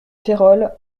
férolles